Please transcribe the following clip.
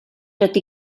tot